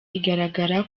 igaragara